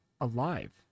alive